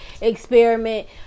experiment